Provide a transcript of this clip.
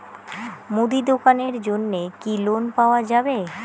মুদি দোকানের জন্যে কি লোন পাওয়া যাবে?